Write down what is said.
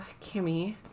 kimmy